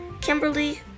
Kimberly